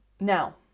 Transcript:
now